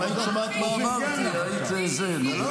אם היית שומעת מה אמרתי, נו,